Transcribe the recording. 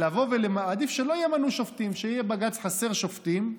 עדיף שלא ימנו שופטים, שיהיה בבג"ץ חסר בשופטים,